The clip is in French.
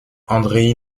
andrei